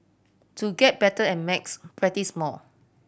to get better at maths practise more